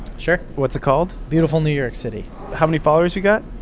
sure what's it called? beautiful newyorkcity how many followers you got?